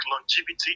longevity